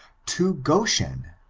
to goshen,